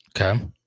okay